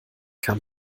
kam